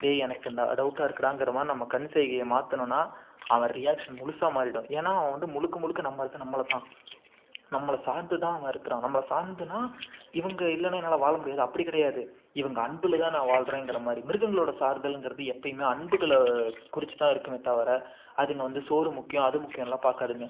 டேய் எனக்கு இந்த டவுட்டாக இருக்குடாங்கிற மாதிரி நம்ம கண் செய்கையை மாற்றுனோன்னா அவன் ரியாக்ஷன் முழுசாக மாறிடும் ஏன்னால் அவன் வந்து முழுக்க முழுக்க நம்புறது நம்மளை தான் நம்மளை சார்ந்து தான் அவன் இருக்கிறான் நம்மளை சார்ந்துன்னா இவங்க இல்லைன்னா என்னால் வாழ முடியாது அப்படி கிடையாது இவங்க அன்பில் தான் நான் வாழ்கிறேங்கற மாதிரி மிருகங்களோடய சார்தல்ங்கிறது எப்போயுமே அன்புகளை குறித்து தான் இருக்குமே தவிர அதுங்க வந்து சோறு முக்கியம் அது முக்கியன்லாம் பார்க்காதுங்க